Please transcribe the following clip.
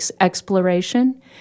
exploration